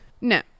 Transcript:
No